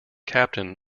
captain